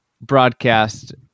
broadcast